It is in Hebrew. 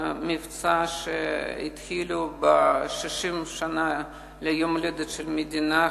מבצע שהתחילו ביום ההולדת ה-60 של המדינה,